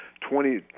twenty